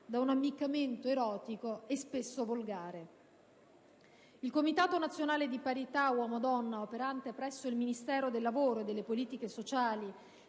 da un ammiccamento erotico e spesso volgare. Il Comitato nazionale di parità uomo-donna operante presso il Ministero del lavoro e delle politiche sociali,